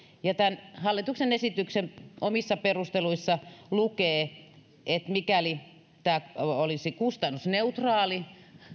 ja tämän hallituksen esityksen omissa perusteluissa lukee että mikäli tämä olisi kustannusneutraali